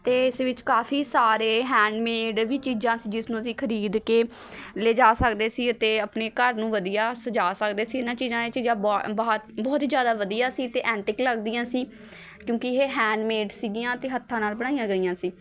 ਅਤੇ ਇਸ ਵਿੱਚ ਕਾਫੀ ਸਾਰੇ ਹੈਂਡਮੇਡ ਵੀ ਚੀਜ਼ਾਂ ਸੀ ਜਿਸਨੂੰ ਅਸੀਂ ਖਰੀਦ ਕੇ ਲਿਜਾ ਸਕਦੇ ਸੀ ਅਤੇ ਆਪਣੇ ਘਰ ਨੂੰ ਵਧੀਆ ਸਜਾ ਸਕਦੇ ਸੀ ਇਹਨਾਂ ਚੀਜ਼ਾਂ ਵਿੱਚ ਬਹੁਤ ਹੀ ਜ਼ਿਆਦਾ ਵਧੀਆ ਸੀ ਅਤੇ ਐਂਟਿਕ ਲੱਗਦੀਆਂ ਸੀ ਕਿਉਂਕਿ ਇਹ ਹੈਂਡਮੇਡ ਸੀਗੀਆਂ ਅਤੇ ਹੱਥਾਂ ਨਾਲ ਬਣਾਈਆ ਗਈਆਂ ਸੀ